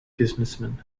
businessman